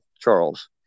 Charles